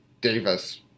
Davis